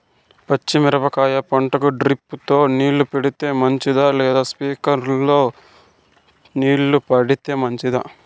పచ్చి మిరపకాయ పంటకు డ్రిప్ తో నీళ్లు పెడితే మంచిదా లేదా స్ప్రింక్లర్లు తో నీళ్లు పెడితే మంచిదా?